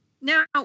Now